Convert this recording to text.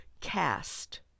Cast